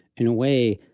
in a way,